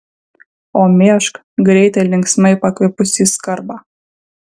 o mėžk greitai ir linksmai pakvipusį skarbą